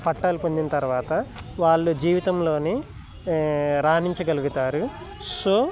పట్టాలు పొందిన తరువాత వాళ్ళు జీవితంలోనే రాణించగలుగుతారు సో